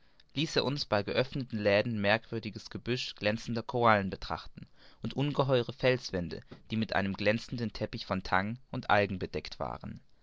ließ er uns bei geöffneten läden merkwürdiges gebüsch glänzender korallen betrachten und ungeheure felswände die mit einem glänzenden teppich von tang und algen bedeckt waren